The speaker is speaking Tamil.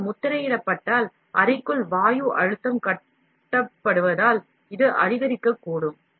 இது முத்திரையிடப்பட்டால் அறைக்குள் வாயு அழுத்தம் கட்டப்படுவதால் இது அதிகரிக்கக்கூடும்